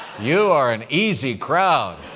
you are an easy crowd,